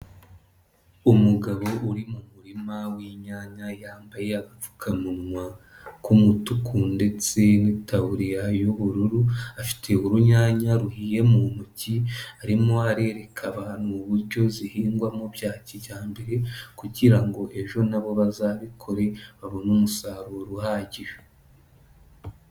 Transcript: Umugabo uri mu murima w'inyanya yambaye agapfukamunwa k'umutuku ndetse n'itaburiya y'ubururu, afite urunyanya ruhiye mu ntoki arimo arereka abantu uburyo zihingwa bya kijyambere kugira ngo ejo na bo bazabikore babone umusaruro uhagije.